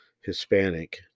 Hispanic